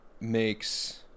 makes